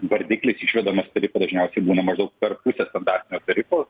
vardiklis išvedamas tarifa dažniausiai būną maždaup per pusę standartinio tarifo